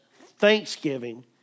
thanksgiving